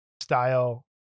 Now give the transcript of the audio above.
style